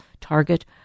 target